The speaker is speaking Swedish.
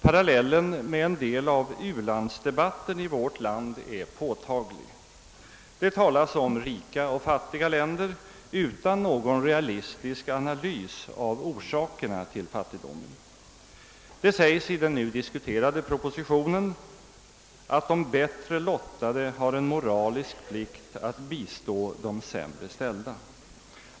Parallellen med en del av u-landsdehatten i vårt land är påtaglig. Det talas om rika och fattiga länder utan någon realistisk analys av orsakerna till fattigdomen. Det heter i den nu diskuterade propositionen att de bättre lottade har en moralisk plikt att bistå de sämre ställda.